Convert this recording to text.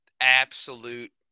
absolute